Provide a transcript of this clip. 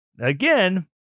Again